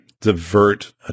divert